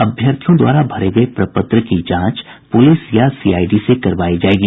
अभ्यर्थियों द्वारा भरे गये प्रपत्र की जांच पुलिस या सीआईडी से करवायी जायेगी